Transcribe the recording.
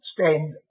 stand